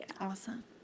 awesome